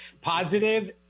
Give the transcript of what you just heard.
Positive